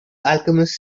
alchemist